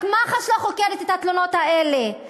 רק מח"ש לא חוקרת את התלונות האלה.